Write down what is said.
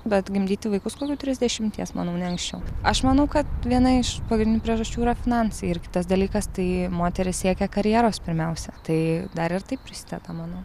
bet gimdyti vaikus kokių trisdešimties manau ne anksčiau aš manau kad viena iš pagrindinių priežasčių yra finansai ir kitas dalykas tai moterys siekia karjeros pirmiausia tai dar ir tai prisideda manau